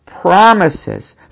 promises